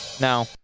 No